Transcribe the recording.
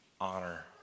honor